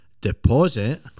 deposit